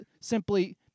simply